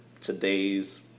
today's